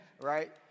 right